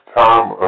time